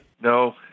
No